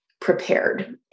prepared